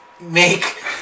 make